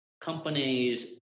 companies